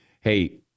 hey